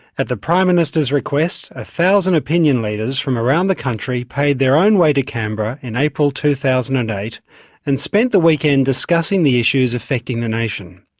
at the prime minister's request one ah thousand opinion leaders from around the country paid their own way to canberra in april two thousand and eight and spent the weekend discussing the issues affecting the nation.